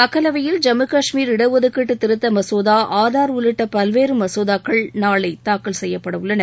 மக்களவையில் ஜம்மு காஷ்மீர் இட ஒதக்கீடு திருத்த மசோதா ஆதார் உள்ளிட்ட பல்வேறு மசோதாக்கள் நாளை தாக்கல் செய்யப்பட உள்ளன